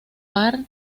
par